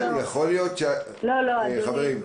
לא, לא, אדוני.